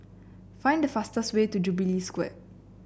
find the fastest way to Jubilee Square